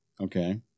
Okay